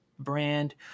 brand